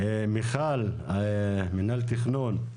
מיכל ממינהל תכנון,